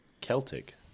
Celtic